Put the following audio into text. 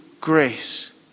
grace